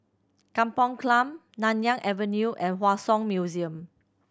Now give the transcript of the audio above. Kampong Glam Nanyang Avenue and Hua Song Museum